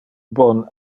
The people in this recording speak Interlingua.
bon